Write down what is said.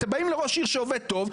אתם באים לראש עיר שעובד טוב,